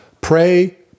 pray